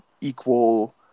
equal